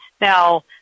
now